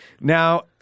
Now